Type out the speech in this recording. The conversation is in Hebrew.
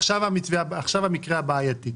עכשיו למקרה הבעייתי.